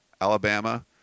Alabama